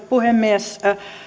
puhemies